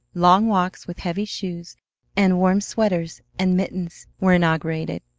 long walks with heavy shoes and warm sweaters and mittens were inaugurated.